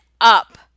up